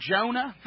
Jonah